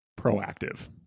proactive